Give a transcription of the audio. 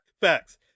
Facts